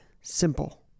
simple